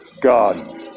God